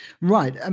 Right